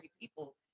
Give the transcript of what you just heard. people